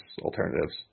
alternatives